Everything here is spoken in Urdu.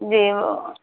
جی وہ